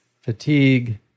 fatigue